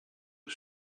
the